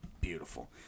beautiful